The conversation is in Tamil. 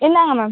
இந்தாங்க மேம்